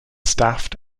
staffed